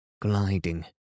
gliding